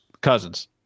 Cousins